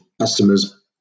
customers